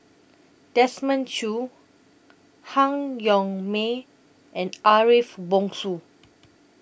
Desmond Choo Han Yong May and Ariff Bongso